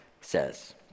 says